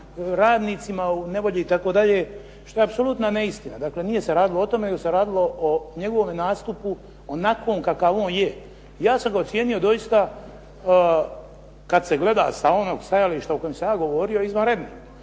radnicima u nevolji itd. što je apsolutna neistina. Dakle, nije se radilo o tome nego se radilo o njegovom nastupu onakvom kakav on je. Ja sam ga ocijenio doista kad se gleda sa onog stajališta o kome sam ja govorio izvanredno.